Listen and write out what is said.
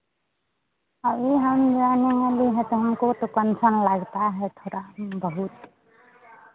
अभी हम जाने वाले हैं तो हमको तो टेंसन लगता है थोड़ा बहुत